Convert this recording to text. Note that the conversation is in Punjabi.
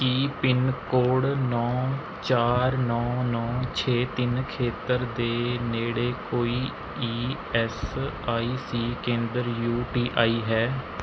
ਕੀ ਪਿੰਨਕੋਡ ਨੌ ਚਾਰ ਨੌ ਨੌ ਛੇ ਤਿੰਨ ਖੇਤਰ ਦੇ ਨੇੜੇ ਕੋਈ ਈ ਐੱਸ ਆਈ ਸੀ ਕੇਂਦਰ ਯੂ ਟੀ ਆਈ ਹੈ